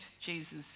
Jesus